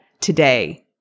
today